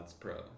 Pro